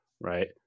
Right